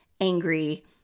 angry